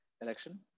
election